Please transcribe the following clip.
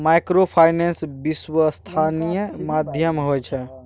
Microfinance विश्वासनीय माध्यम होय छै?